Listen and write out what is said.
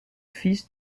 fils